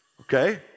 okay